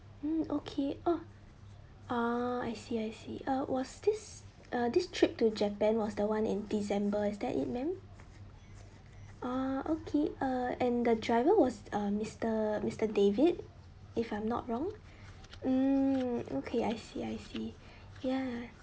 hmm okay oh ah I see I see uh was this uh this trip to japan was the one in december is that it madam ah okay uh and the driver was uh mister mister david if I'm not wrong mm okay I see I see ya